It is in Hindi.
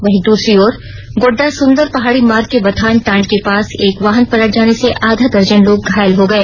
वहीं दूसरी ओर गोड्डा संदर पहाड़ी मार्ग के बथानटांड के पास एक वाहन पलट जाने से आधा दर्जन लोग घायल हो गए